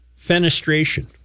Fenestration